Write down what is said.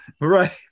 Right